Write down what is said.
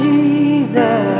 Jesus